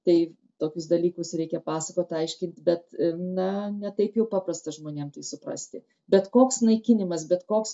tai tokius dalykus reikia pasakot aiškint bet na ne taip jau paprasta žmonėm tai suprasti bet koks naikinimas bet koks